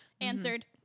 Answered